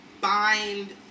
bind